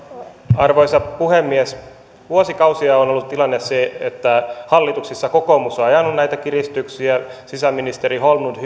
arvoisa puhemies vuosikausia on ollut tilanne se että hallituksissa kokoomus on ajanut näitä kiristyksiä sisäministeri holmlund